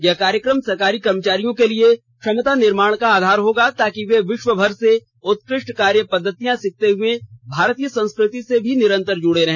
यह कार्यक्रम सरकारी कर्मचारियों के लिए क्षमता निर्माण का आधार होगा ताकि वे विश्वभर से उत्कृष्ट कार्य पद्धतियां सीखते हुए भारतीय संस्कृति से भी निरंतर जुड़े रहे